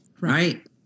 right